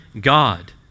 God